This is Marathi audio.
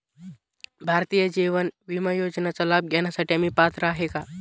भारतीय जीवन विमा योजनेचा लाभ घेण्यासाठी मी पात्र आहे का?